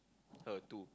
her too